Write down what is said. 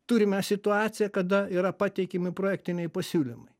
turime situaciją kada yra pateikiami projektiniai pasiūlymai